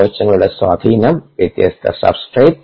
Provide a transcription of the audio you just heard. കോശങ്ങളുടെ സ്വാധീനം വ്യത്യസ്ത സബ്സ്ട്രേട്